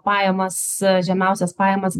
pajamas žemiausias pajamas